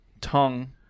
tongue